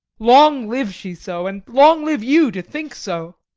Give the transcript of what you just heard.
long live she so! and long live you to think so!